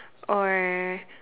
or